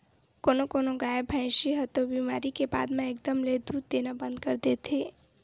कोनो कोनो गाय, भइसी ह तो बेमारी के बाद म एकदम ले दूद देना बंद कर देथे